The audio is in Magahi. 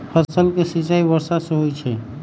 फसल के सिंचाई वर्षो से होई छई